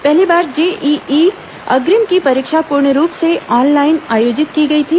पहली बार जेईई अग्रिम की परीक्षा पूर्णरूप से ऑनलाइन आयोजित की गई थी